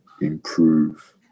improve